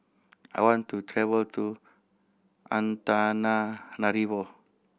I want to travel to Antananarivo